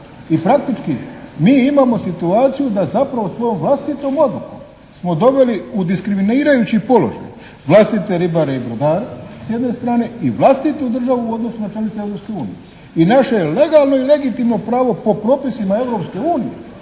I praktički mi imamo situaciju da zapravo svojom vlastitom odlukom smo doveli u diskriminirajući položaj vlastite ribare i brodare s jedne strane i vlastitu državu u odnosu na članice Europske unije i naše je legalno i legitimno pravo po propisima